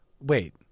Wait